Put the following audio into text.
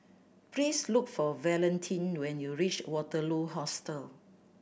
please look for Valentin when you reach Waterloo Hostel